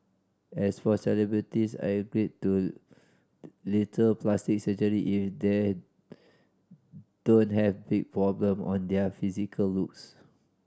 as for celebrities I agree to little plastic surgery if their don't have big problem on their physical looks